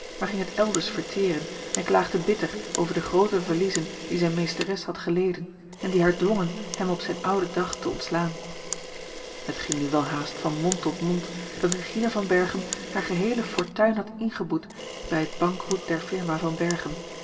maar ging het elders verteren en klaagde bitter over de groote verliezen die zijne meesteres had geleden en die haar dwongen hem op zijn ouden dag te ontslaan het ging nu welhaast van mond tot mond dat regina van berchem hare geheele fortuin had ingeboet bij het bankroet der firma van